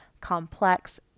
complex